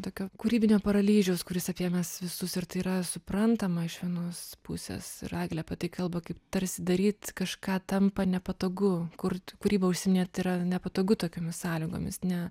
tokio kūrybinio paralyžiaus kuris apėmęs visus ir tai yra suprantama iš vienos pusės ir eglė apie tai kalba kaip tarsi daryt kažką tampa nepatogu kurt kūryba užsiiminėt yra nepatogu tokiomis sąlygomis ne